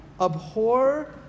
abhor